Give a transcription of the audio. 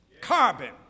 Carbon